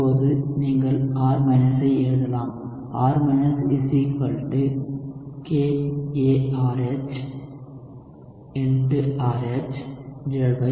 இப்போது நீங்கள் R ஐ எழுதலாம் R KaRH RH H3O